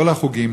מכל החוגים,